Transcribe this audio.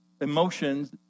emotions